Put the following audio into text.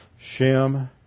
Shem